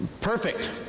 Perfect